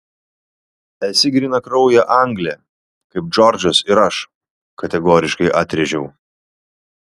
esi grynakraujė anglė kaip džordžas ir aš kategoriškai atrėžiau